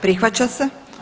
Prihvaća se.